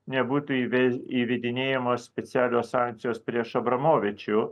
nebūtų įves įvedinėjamos specialios sankcijos prieš abramovičių